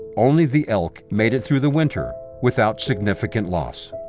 only the elk made it through the winter without significant loss.